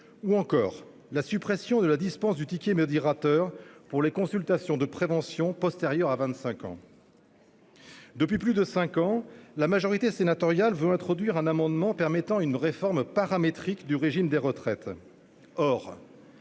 ou encore la suppression de la dispense du ticket modérateur pour les consultations de prévention postérieures à 25 ans. Depuis plus de cinq ans, la majorité sénatoriale souhaite introduire par voie d'amendement une réforme paramétrique du régime des retraites.